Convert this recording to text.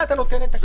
אתה נותן את הקנס.